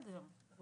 לא,